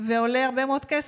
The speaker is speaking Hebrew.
ועולה הרבה מאוד כסף,